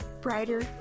brighter